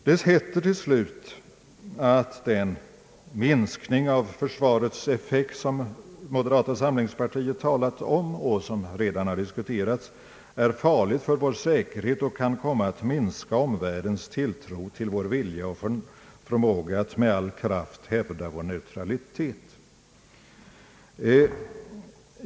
Det heter till slut att den minskning av försvarets effekt som moderata samlingspartiet talat om och som redan har diskuterats är farlig för vår säkerhet och kan komma att minska omvärldens tilltro till vår vilja och förmåga att med all kraft hävda vår neutralitet.